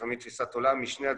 לפעמים תפיסת עולם משני הצדדים,